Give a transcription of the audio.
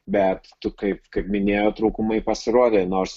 bet tu kaip kaip minėjo trūkumai pasirodė nors